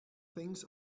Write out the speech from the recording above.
things